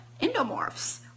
endomorphs